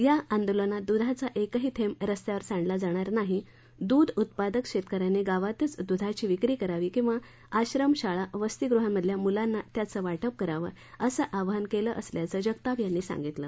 या आंदोलनात दुधाचा एकही थेंब रस्त्यावर सांडला जाणार नाही दूध उत्पादक शेतकऱ्यांनी गावातच दुधाची विक्री करावी किंवा आश्रमशाळा वसतिगृहांमधल्या मुलांना त्याचं वाटप करावं असं आवाहन केलं असल्याचं जगताप यांनी सांगितलं